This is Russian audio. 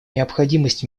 необходимость